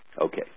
Okay